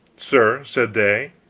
sir, said they,